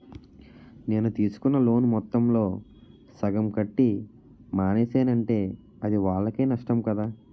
నేను తీసుకున్న లోను మొత్తంలో సగం కట్టి మానేసానంటే అది వాళ్ళకే నష్టం కదా